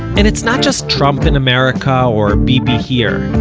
and it's not just trump in america, or bibi here.